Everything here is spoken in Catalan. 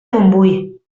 montbui